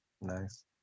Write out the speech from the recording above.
Nice